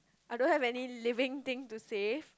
I don't have any living thing to save